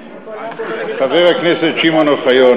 חבר הכנסת שמעון אוחיון,